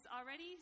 already